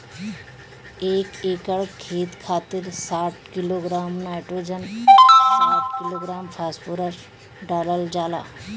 एक एकड़ खेत खातिर साठ किलोग्राम नाइट्रोजन साठ किलोग्राम फास्फोरस डालल जाला?